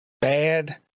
bad